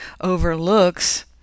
overlooks